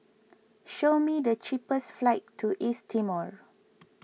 show me the cheapest flights to East Timor